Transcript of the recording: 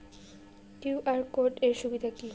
QR code এর সুবিধা কি?